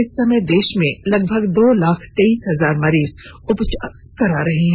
इस समय देश में लगभग दो लाख तेईस हजार मरीज उपचार करा रहे हैं